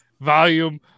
Volume